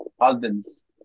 husbands